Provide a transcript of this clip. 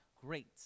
Great